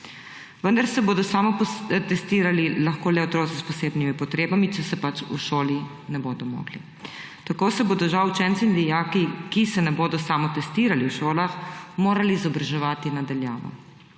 Vendar se bodo samotestirali lahko le otroci s posebnimi potrebami, če se pač v šoli ne bodo mogli. Tako se bodo žal učenci in dijaki, ki se ne bodo samotestirali v šolah, morali izobraževati na daljavo.